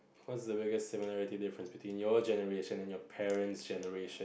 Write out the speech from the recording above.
what is the biggest similarity difference between your generation and your parents' generation